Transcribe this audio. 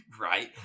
right